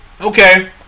okay